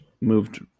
moved